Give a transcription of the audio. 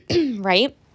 right